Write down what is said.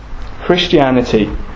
Christianity